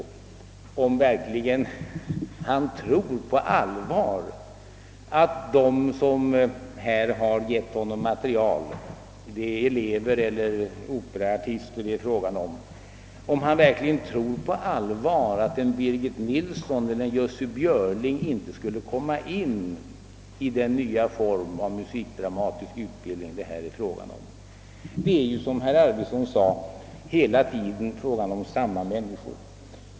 Tror han verkligen på allvar med ledning av det material han har fått att en Birgit Nilsson eller en Jussi Björling inte skulle komma med i den nya form av musikdramatisk utbildning det här är fråga om? Det är, som herr Arvidson sade, hela tiden samma människor som handhar utbildningen.